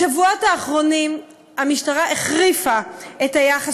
בשבועות האחרונים המשטרה החריפה את היחס